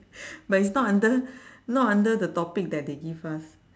but it's not under not under the topic that they give us